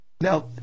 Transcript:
Now